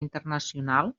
internacional